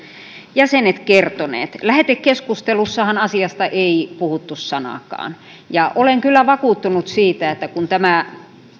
jäsenet kertoneet lähetekeskustelussahan asiasta ei puhuttu sanaakaan olen kyllä vakuuttunut siitä että kun tämä